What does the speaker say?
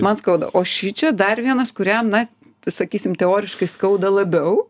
man skauda o šičia dar vienas kuriam na tai sakysim teoriškai skauda labiau